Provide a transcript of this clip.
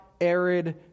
arid